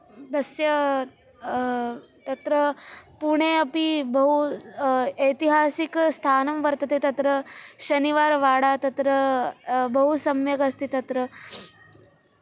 तस्य तत्र पुणे अपि बहु ऐतिहासिकस्थानं वर्तते तत्र शनिवारवाडा तत्र बहु सम्यगस्ति तत्र